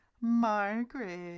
Margaret